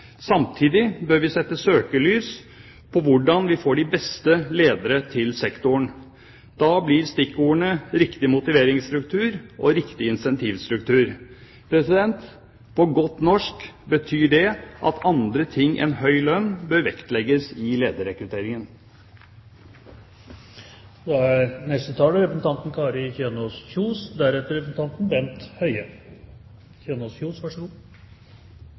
Samtidig bør vi sette søkelyset på hvordan vi får de beste lederne til sektoren. Da blir stikkordene riktig motiveringsstruktur og riktig insentivstruktur. På godt norsk betyr det at andre ting enn høy lønn bør vektlegges i lederrekrutteringen.